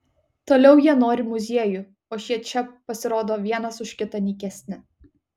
toliau jie nori muziejų o šie čia pasirodo vienas už kitą nykesni